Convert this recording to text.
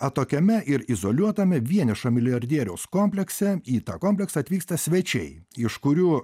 atokiame ir izoliuotame vienišo milijardieriaus komplekse į tą kompleksą atvyksta svečiai iš kurių